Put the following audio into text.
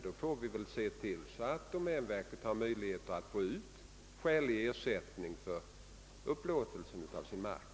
Vi bör i stället se till att domänverket får skälig ersättning för upplåtelsen av sin mark.